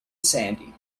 sandy